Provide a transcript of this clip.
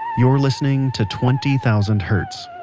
you're listening to twenty thousand hertz,